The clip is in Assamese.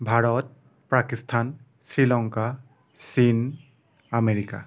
ভাৰত পাকিস্তান শ্ৰীলংকা চীন আমেৰিকা